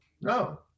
No